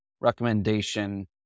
recommendation